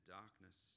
darkness